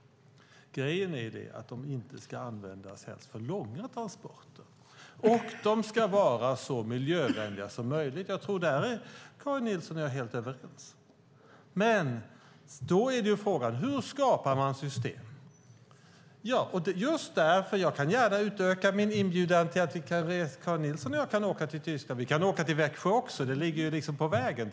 Däremot ska de helst inte användas för långa transporter. De ska också vara så miljövänliga som möjligt. Här är nog Karin Nilsson och jag överens. Frågan är hur man skapar system för det. Jag utökar gärna min inbjudan. Karin Nilsson och jag kan åka till Tyskland via Växjö som ligger på vägen.